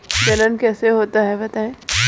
जनन कैसे होता है बताएँ?